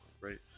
right